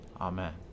Amen